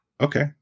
Okay